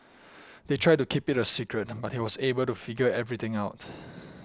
they tried to keep it a secret but he was able to figure everything out